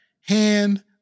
hand